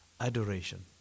adoration